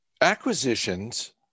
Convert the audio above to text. acquisitions